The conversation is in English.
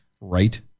Right